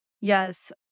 Yes